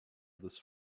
this